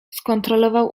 skontrolował